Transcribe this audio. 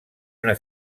una